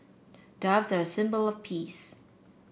doves are a symbol of peace